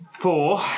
Four